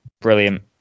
Brilliant